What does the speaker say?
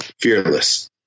fearless